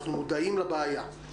אנחנו מודעים לבעיה.